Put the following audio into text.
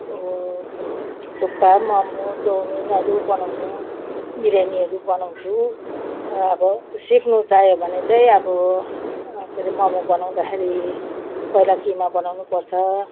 थुक्पा मम चौमिनहरू बनाउछौँ बिऱ्यानीहरू बनाउँछु र अब सिक्नु चाह्यो भने चाहिँ अब के अरे मम बनाउँदाखेरि पहिला किमा बनाउनु पर्छ